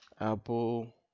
Apple